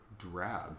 drab